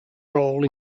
role